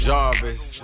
Jarvis